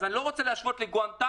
אז אני לא רוצה להשוות לגואנטנמו,